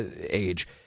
age